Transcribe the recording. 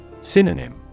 Synonym